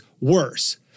worse